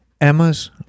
Emma's